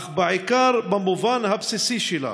אך בעיקר במובן הבסיסי שלה,